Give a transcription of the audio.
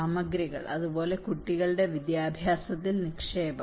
സാമഗ്രികൾ അതുപോലെ കുട്ടികളുടെ വിദ്യാഭ്യാസത്തിൽ നിക്ഷേപം